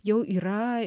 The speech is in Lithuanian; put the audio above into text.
jau yra